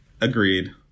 Agreed